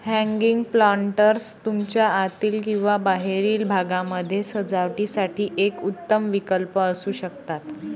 hanging planters तुमच्या आतील किंवा बाहेरील भागामध्ये सजावटीसाठी एक उत्तम विकल्प असू शकतात